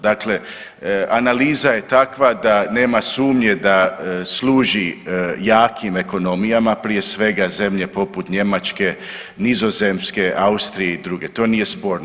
Dakle analiza je takva da nema sumnje da služi jakim ekonomijama, prije svega zemlje poput Njemačke, Nizozemske, Austrije i druge, to nije sporno.